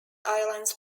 islands